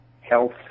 health